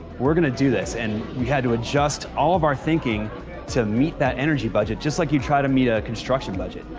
we're gonna do this and had to adjust all of our thinking to meet that energy budget, just like you try to meet a construction budget.